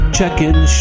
Checkin